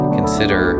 consider